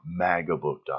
Magabook.com